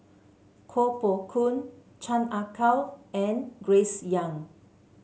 Koh Poh Koon Chan Ah Kow and Grace Young